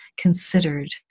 considered